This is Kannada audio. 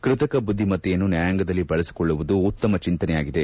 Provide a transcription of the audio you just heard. ಕೃತಕ ಬುದ್ದಿಮತ್ತೆಯನ್ನು ನ್ಹಾಯಾಂಗದಲ್ಲಿ ಬಳಸಿಕೊಳ್ಳುವುದು ಉತ್ತಮ ಚಿಂತನೆಯಾಗಿದೆ